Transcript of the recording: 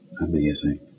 Amazing